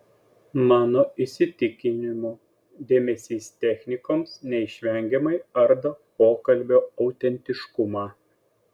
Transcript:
mano įsitikinimu dėmesys technikoms neišvengiamai ardo pokalbio autentiškumą